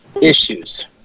issues